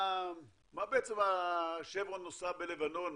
מה בעצם שברון עושה בלבנון,